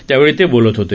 त्यावेळी ते बोलत होते